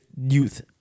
youth